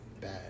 bad